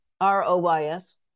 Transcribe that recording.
R-O-Y-S